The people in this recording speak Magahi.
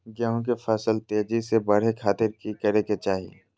गेहूं के फसल तेजी से बढ़े खातिर की करके चाहि?